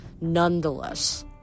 nonetheless